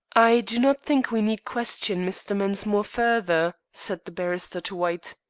i do not think we need question mr. mensmore further, said the barrister to white.